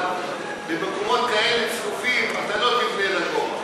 אבל במקומות כאלה צפופים אתה לא תבנה לגובה.